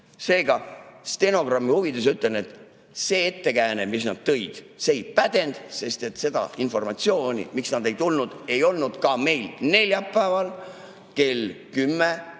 Seega, stenogrammi huvides ütlen, et see ettekääne, mis nad tõid, ei pädenud, sest seda informatsiooni, miks nad ei tulnud, ei olnud meil ka neljapäeval kell 10